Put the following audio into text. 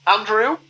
Andrew